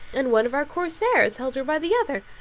and one of our corsairs held her by the other.